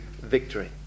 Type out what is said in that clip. victory